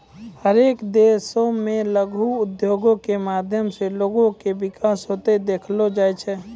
हरेक देशो मे लघु उद्योगो के माध्यम से लोगो के विकास होते देखलो जाय छै